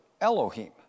Elohim